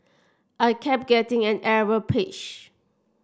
I kept getting an error page